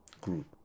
group